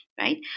Right